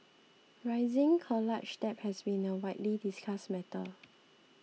rising college debt has been a widely discussed matter